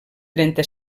trenta